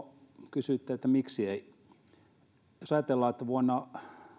kysyitte että miksi ei jos ajatellaan että vuonna